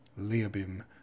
leobim